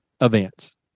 events